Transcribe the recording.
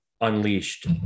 unleashed